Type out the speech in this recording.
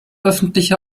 öffentliche